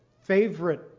favorite